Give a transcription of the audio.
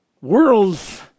worlds